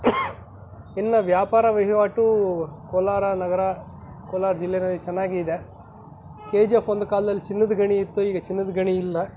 ಇನ್ನು ವ್ಯಾಪಾರ ವಹಿವಾಟು ಕೋಲಾರ ನಗರ ಕೋಲಾರ ಜಿಲ್ಲೆಯಲ್ ಚೆನ್ನಾಗಿಯೇ ಇದೆ ಕೆ ಜಿ ಎಫ್ ಒಂದು ಕಾಲ್ದಲ್ಲಿ ಚಿನ್ನದ ಗಣಿ ಇತ್ತು ಈಗ ಚಿನ್ನದ ಗಣಿ ಇಲ್ಲ